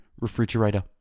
refrigerator